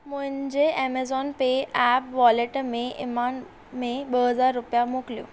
मुंहिंजे Amazon pay app wallet में ईमान में ॿ हज़ार रुपिया मोकिलियो